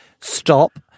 Stop